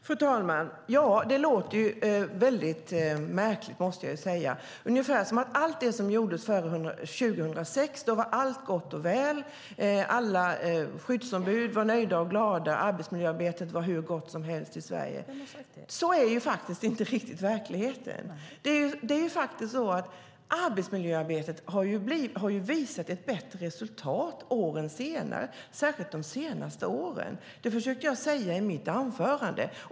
Fru talman! Detta låter väldigt märkligt, måste jag säga. Det är ungefär som att allt var gott och väl före 2006. Alla skyddsombud var nöjda och glada. Arbetsmiljöarbetet var hur gott som helst i Sverige. Så är faktiskt inte riktigt verkligheten. Det är faktiskt så att arbetsmiljöarbetet har visat ett bättre resultat särskilt de senaste åren. Det försökte jag säga i mitt anförande.